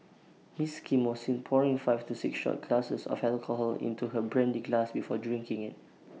miss Kim was seen pouring five to six shot glasses of alcohol into her brandy glass before drinking IT